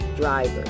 driver